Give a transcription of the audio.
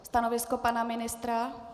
Stanovisko pana ministra?